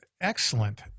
excellent